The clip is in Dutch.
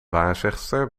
waarzegster